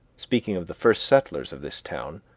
speaking of the first settlers of this town,